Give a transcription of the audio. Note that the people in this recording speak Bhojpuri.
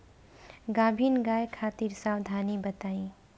गाभिन गाय खातिर सावधानी बताई?